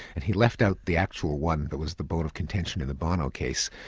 and he left out the actual one that was the bone of contention in the bono case,